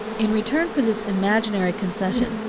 in return for this imaginary concession,